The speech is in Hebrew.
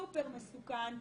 סופר מסוכן.